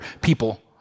people